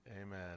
Amen